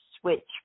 switch